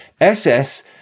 ss